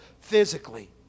physically